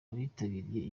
abitabiriye